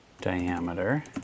diameter